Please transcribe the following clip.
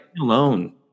alone